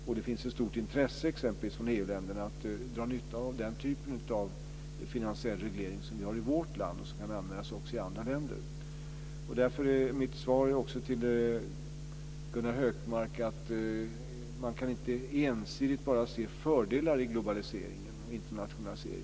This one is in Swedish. Och det finns ett stort intresse t.ex. från EU länderna att dra nytta av den typan av finansiell reglering som vi har i vårt land och som kan användas också i andra länder. Därför är mitt svar också till Gunnar Hökmark att man inte ensidigt bara kan se fördelar i globaliseringen och internationaliseringen.